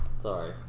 Sorry